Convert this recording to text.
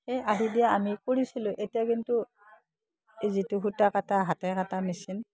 সেই আধি দিয়া আমি কৰিছিলোঁ এতিয়া কিন্তু এই যিটো সূতা কটা হাতে কটা মেচিন